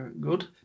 good